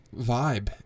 Vibe